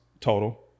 total